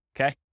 okay